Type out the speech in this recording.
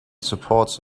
supports